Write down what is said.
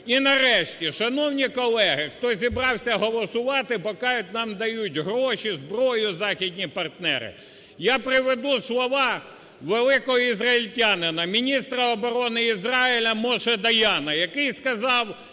І, нарешті, шановні колеги, хто зібрався голосувати поки нам дають гроші, зброю західні партнери, я приведу слова великого ізраїльтянина, міністра оборони Ізраїлю Моше Даяна, який сказав